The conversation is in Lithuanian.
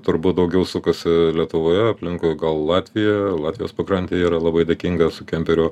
turbūt daugiau sukasi lietuvoje aplinkui gal latvijoj latvijos pakrantė yra labai dėkinga su kemperiu